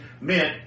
meant